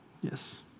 Yes